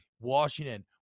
Washington